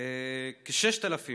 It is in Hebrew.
כ-6,000